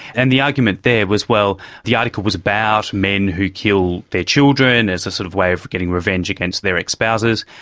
and the argument there was, well, the article was about men who kill their children as a sort of way of getting revenge against their ex-spouses,